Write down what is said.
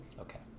Okay